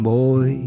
boy